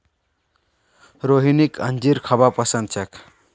रोहिणीक अंजीर खाबा पसंद छेक